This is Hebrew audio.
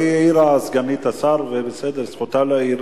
העירה סגנית השר ובסדר, זכותה להעיר.